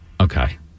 Okay